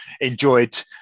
enjoyed